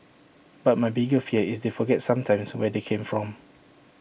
but my bigger fear is they forget sometimes where they come from